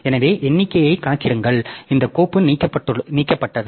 எனவே எண்ணிக்கையை கணக்கிடுங்கள் இந்த கோப்பு நீக்கப்பட்டது